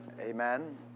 amen